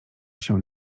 się